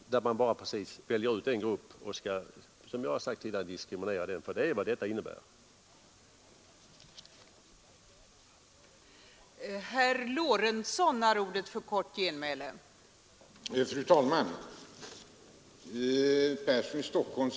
Då kan vi inte bara välja ut en grupp och diskriminera den. För det är vad detta förslag innebär.